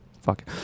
fuck